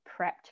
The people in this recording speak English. prepped